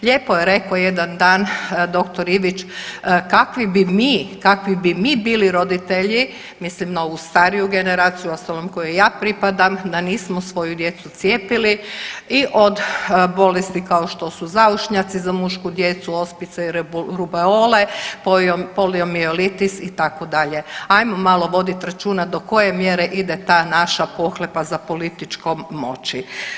Lijepo je rekao jedan dan dr. Ivić, kakvi bi mi, kakvi bi mi bili roditelji, mislim na ovu stariju generaciju, uostalom kojoj ja pripadam, da nismo svoju djecu cijepili i od bolesti kao što su zašnjaci, za mušku djecu ospice i rubeole, poliomijelitis, itd., ajmo malo voditi računa do koje mjere ide ta naša pohlepa za političkom moći.